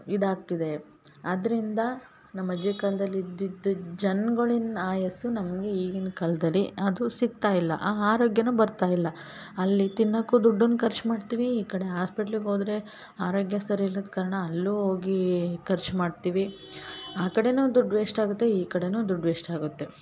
ಇದಾಗ್ತಿದೆ ಆದ್ರಿಂದ ನಮ್ಮ ಅಜ್ಜಿ ಕಾಲದಲ್ಲಿ ಇದ್ದಿದ್ ಜನ್ಗುಳಿನ ಆಯಸ್ಸು ನಮಗೆ ಈಗಿನ ಕಾಲದಲ್ಲಿ ಆದರೂ ಸಿಗ್ತಾ ಇಲ್ಲ ಆ ಆರೋಗ್ಯವೂ ಬರ್ತಾ ಇಲ್ಲ ಅಲ್ಲಿ ತಿನ್ನಕ್ಕೂ ದುಡ್ಡನ್ ಖರ್ಚು ಮಾಡ್ತೀವಿ ಈ ಕಡೆ ಆಸ್ಪೆಟ್ಲಿಗೆ ಹೋದ್ರೆ ಆರೋಗ್ಯ ಸರಿ ಇಲ್ಲದ ಕಾರಣ ಅಲ್ಲೂ ಹೋಗಿ ಖರ್ಚು ಮಾಡ್ತೀವಿ ಆ ಕಡೆಯೂ ದುಡ್ಡು ವೇಶ್ಟ್ ಆಗುತ್ತೆ ಈ ಕಡೆಯೂ ದುಡ್ಡು ವೇಶ್ಟ್ ಆಗುತ್ತೆ